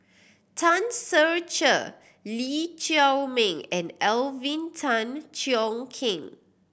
Tan Ser Cher Lee Chiaw Meng and Alvin Tan Cheong Kheng